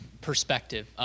perspective